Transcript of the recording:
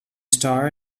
star